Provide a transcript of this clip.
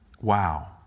Wow